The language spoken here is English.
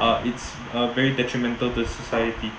uh it's a very detrimental to society